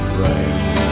rain